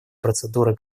процедуры